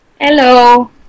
Hello